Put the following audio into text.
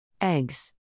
Eggs